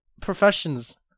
professions